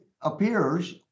appears